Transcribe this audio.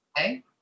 Okay